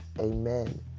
amen